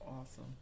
awesome